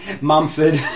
Mumford